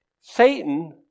Satan